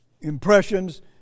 impressions